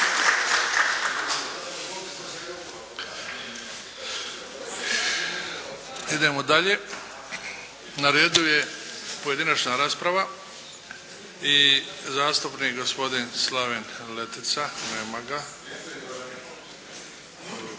Idemo dalje. Na redu je pojedinačna rasprava i zastupnik gospodin Slaven Letica. Nema ga.